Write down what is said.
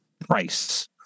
price